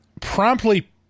promptly